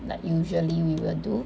like usually we will do